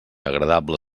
agradable